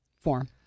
form